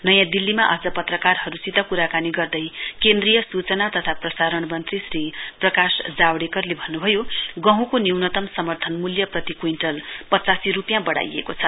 नयाँ दिल्लीमा आज पत्रकारहरूसित कुराकानी गर्दै केन्द्रीय सूचना तथा प्रसारण मन्त्री श्री प्रकाश जावडेकरले भन्नुभयो गँहुको न्यूनतम समर्थन मूल्य प्रति कुइन्टल पचासी रूपियाँ बढाइएको छ